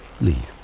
leave